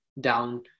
down